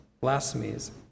blasphemies